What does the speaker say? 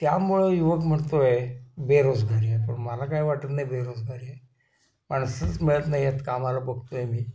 त्यामुळं युवक म्हणतो आहे बेरोजगारी आहे पण मला काय वाटत नाही बेरोजगारी आहे माणसंच मिळत नाही आहेत कामाला बघतो आहे मी